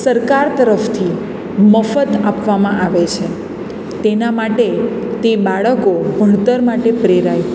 સરકાર તરફથી મફત આપવામાં આવે છે તેના માટે તે બાળકો ભણતર માટે પ્રેરાય